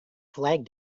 flag